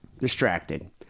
Distracted